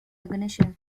recognition